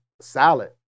salad